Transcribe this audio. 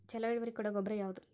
ಛಲೋ ಇಳುವರಿ ಕೊಡೊ ಗೊಬ್ಬರ ಯಾವ್ದ್?